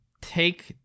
take